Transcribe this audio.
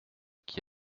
qui